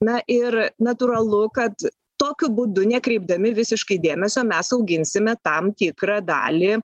na ir natūralu kad tokiu būdu nekreipdami visiškai dėmesio mes auginsime tam tikrą dalį